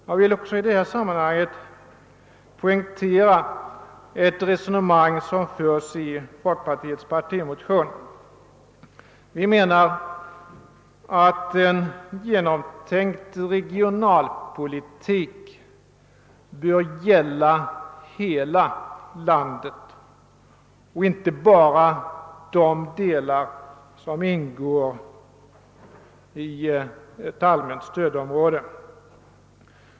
Jag vill också i detta sammanhang poängtera ett resonemang som förs i vår partimotion. Vi anser att en genomtänkt regionalpolitik bör gälla hela landet och inte bara de delar som ingår i ett allmänt stödområde.